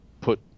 put